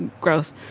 gross